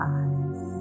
eyes